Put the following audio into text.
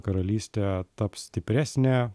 karalystė taps stipresnė